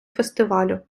фестивалю